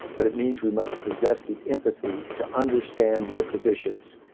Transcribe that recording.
but it means we must possess the empathy to understand their positions,